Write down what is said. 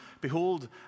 Behold